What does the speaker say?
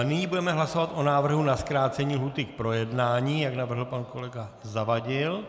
Nyní budeme hlasovat o návrhu na zkrácení lhůty k projednání, jak navrhl pan kolega Zavadil.